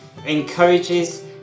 encourages